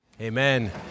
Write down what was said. amen